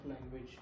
language